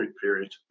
period